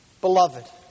beloved